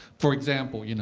for example, you know